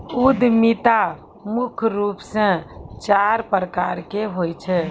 उद्यमिता मुख्य रूप से चार प्रकार के होय छै